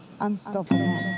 unstoppable